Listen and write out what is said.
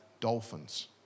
dolphins